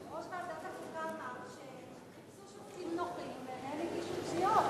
יושב-ראש ועדת החוקה אמר שיש שופטים נוחים ולהם הגישו תביעות.